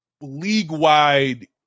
league-wide